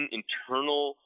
internal